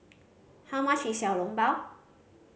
how much is Xiao Long Bao